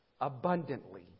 abundantly